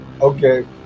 Okay